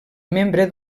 membre